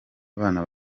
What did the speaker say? abana